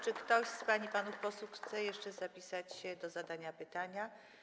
Czy ktoś z pań i panów posłów chce jeszcze zapisać się do zadania pytania?